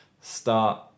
start